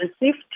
received